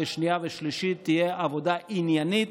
שנייה ושלישית תהיה עבודה עניינית.